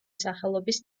სახელობის